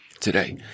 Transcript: today